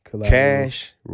cash